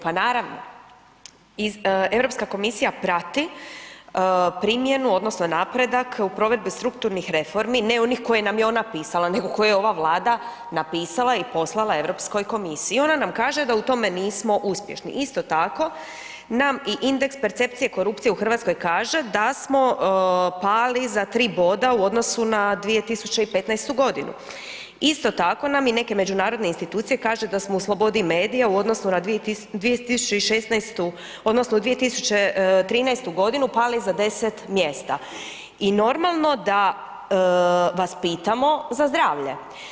Pa naravno, Europska komisija prati primjenu odnosno napredak u provedbi strukturnih reformi, ne onih koje nam ih je ona pisala, nego koje je ova Vlada napisala i poslala Europskoj komisiji i ona nam kaže da u tome nismo uspješni, isto tako nam i indeks percepcije korupcije u Hrvatskoj da smo pali za 3 boda u odnosu na 2015. godinu, isto tako nam i neke međunarodne institucije kažu da smo u slobodi medija u odnosu na 2016. odnosno 2013. godinu pali za 10 mjesta i normalno da vas pitamo za zdravlje.